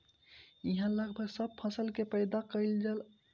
इहा लगभग सब फसल के पैदा कईल जाला